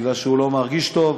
כי הוא לא מרגיש טוב.